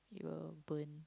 it will burn